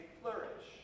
flourish